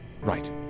Right